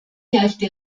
herrschte